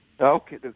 Okay